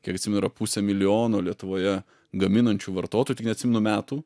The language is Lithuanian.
kiek atsimenu yra pusė milijono lietuvoje gaminančių vartotojų tik neatsimenu metų